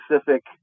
specific